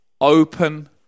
Open